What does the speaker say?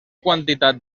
quantitat